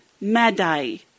Madai